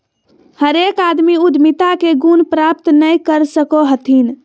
हरेक आदमी उद्यमिता के गुण प्राप्त नय कर सको हथिन